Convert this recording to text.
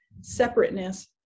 separateness